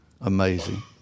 amazing